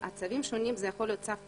צווים שונים יכולים להיות צו פיקוח,